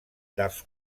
dels